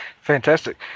Fantastic